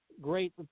great